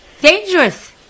dangerous